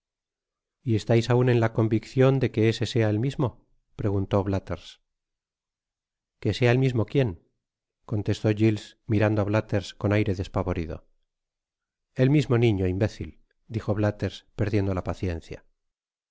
y estais aun en la conviccion de que ese sea el mismo que sea el mismo quién contestó giles mirando á iilathers con aire despavorido el mismo niño imbécil dijo blalhers perdiendo la paciencia